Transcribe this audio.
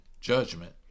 judgment